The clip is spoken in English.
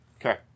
Okay